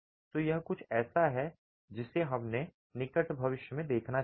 तो यह कुछ ऐसा है जिसे हमें निकट भविष्य में देखना चाहिए